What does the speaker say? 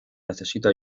necesito